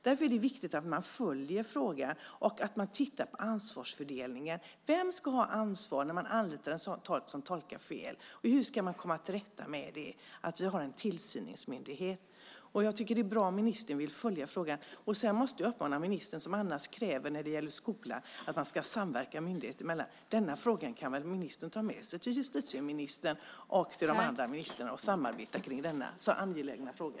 Därför är det viktigt att man följer frågan och att man tittar på ansvarsfördelningen. Vem ska ha ansvar när man anlitar en tolk som tolkar fel, och hur ska man komma till rätta med detta? Vi måste ha en tillsynsmyndighet. Jag tycker att det är bra om ministern följer frågan. Sedan måste jag uppmana ministern, som när det gäller skolan kräver att myndigheterna ska samverka, att ta med sig denna fråga till justitieministern och till de andra ministrarna och samarbeta om denna så angelägna fråga.